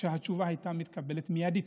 שהתשובה הייתה מתקבלת מיידית.